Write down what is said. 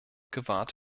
gewahrt